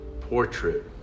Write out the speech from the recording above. portrait